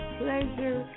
pleasure